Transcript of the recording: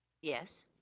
yes